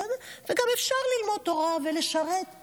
וגם אפשר ללמוד תורה ולשרת בצבא.